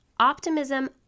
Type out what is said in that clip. Optimism